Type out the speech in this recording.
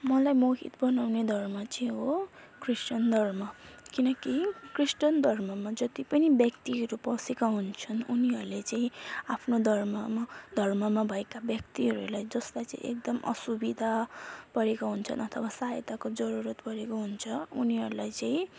मलाई मोहित बनाउने धर्म चाहिँ हो क्रिस्चियन धर्म किनकि क्रिस्चियन धर्ममा जति पनि व्यक्तिहरू पसेका हुन्छन् उनीहरूले चाहिँ आफ्नो धर्ममा धर्ममा भएका व्यक्तिहरूलाई जसलाई चाहिँ एकदम असुविधा परेको हुन्छन् अथवा सहायताको जरुरत परेको हुन्छ उनीहरूलाई चाहिँ